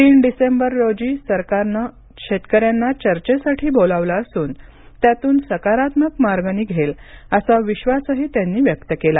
तीन डिसेंबर रोजी सरकारनं शेतकऱ्यांना चर्चेसाठी बोलावलं असून त्यातून सकारात्मक मार्ग निघेल असा विश्वासही त्यांनी व्यक्त केला